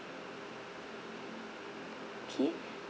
K